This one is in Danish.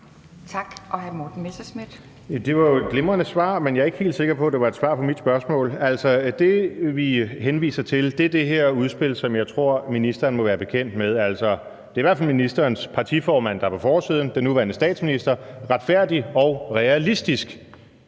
Kl. 17:32 Morten Messerschmidt (DF): Det var jo et glimrende svar, men jeg er ikke helt sikker på, at det var et svar på mit spørgsmål. Altså det, vi henviser til, er det her udspil, som jeg tror ministeren må være bekendt med. Det er i hvert fald ministerens partiformand, den nuværende statsminister, der er på forsiden